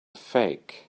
fake